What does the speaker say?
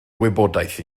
wybodaeth